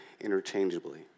interchangeably